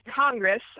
Congress